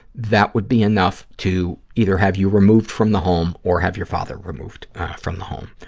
that would be enough to either have you removed from the home or have your father removed from the home.